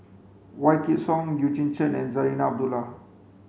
Wykidd Song Eugene Chen and Zarinah Abdullah